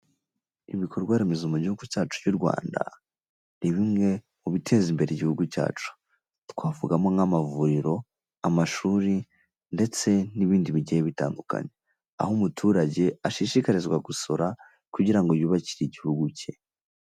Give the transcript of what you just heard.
Ibikorwa remezo mu gihugu cyacu cy'u Rwanda, ni bimwe mu biteza imbere igihugu cyacu. Twavugamo nk'amavuriro, amashuri, ndetse n'ibindi bigiye bitandukanye. Aho umuturage ashishikarizwa gusora, kugira ngo yiyubakire igihugu cye.